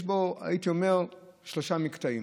יש בו, הייתי אומר, שלושה מקטעים: